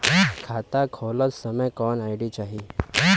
खाता खोलत समय कौन आई.डी चाही?